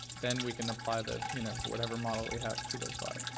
then we can apply the, you know, whatever model we have to those but